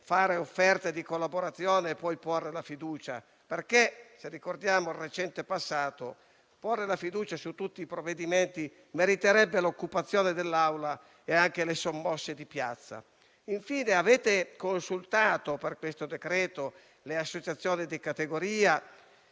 fare offerte di collaborazione e poi porre la questione di fiducia perché, se ricordiamo il recente passato, porla su tutti i provvedimenti meriterebbe l'occupazione dell'Aula e anche sommosse di piazza. Infine, avete consultato per questo decreto-legge le associazioni di categoria